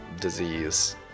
disease